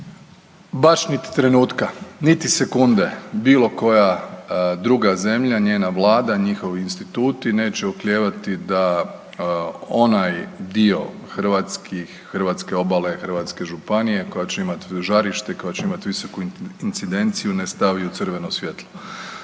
baš niti trenutka, niti sekunde bilo koja druga zemlja, njena vlada, njihovi instituti neće oklijevati da onaj dio hrvatske obale, hrvatske županije koja će imat žarište, koja će imat visoku incidenciju ne stavi u crveno svjetlo.